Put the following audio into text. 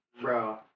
Bro